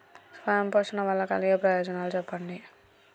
స్వయం పోషణ వల్ల కలిగే ప్రయోజనాలు చెప్పండి?